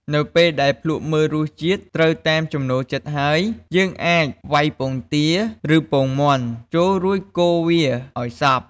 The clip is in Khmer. នៅពេលដែលភ្លក្សមើលរសជាតិត្រូវតាមចំំណូលចិត្តហើយ យើងអាចវៃពងទា ឬពងមាន់ចូល រួចកូរវាឱ្យសព្វ។